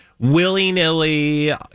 willy-nilly